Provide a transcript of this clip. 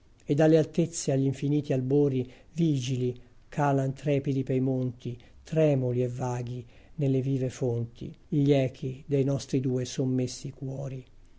e dalle altezze agli infiniti albori vigili calan trepidi pei monti tremuli e vaghi nelle vive fonti gli echi dei nostri due sommessi cuori